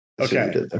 Okay